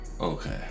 Okay